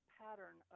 pattern